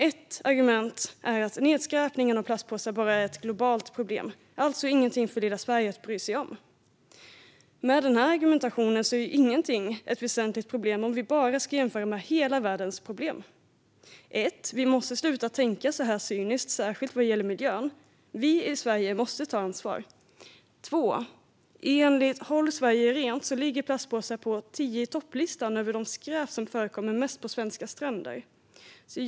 Ett argument är att nedskräpning med plastpåsar bara är ett globalt problem och alltså inget för lilla Sverige att bry sig om. Med den argumentationen finns inga väsentliga problem, för vi ska bara jämföra med hela världens problem. Vi måste sluta tänka så cyniskt, särskilt vad gäller miljön. Vi i Sverige måste ta ansvar. Enligt Håll Sverige Rent ligger plastpåsar på tio-i-topp-listan över de typer av skräp som förekommer mest på svenska stränder.